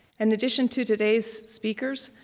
and addition to today's speakers,